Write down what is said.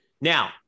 now